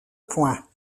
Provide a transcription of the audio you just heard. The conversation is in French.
point